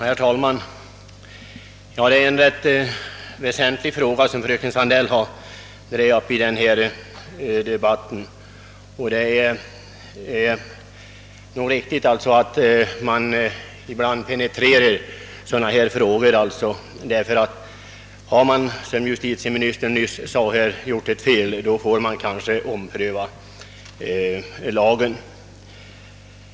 Herr talman! Det är en rätt väsentlig sak som fröken Sandell har dragit upp i denna debatt, och det är nog riktigt att man ibland penetrerar sådana här frågor, ty har man, som justitieminislern nyss sade, gjort ett fel, så bör man kanske ompröva lagen.